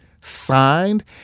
signed